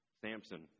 Samson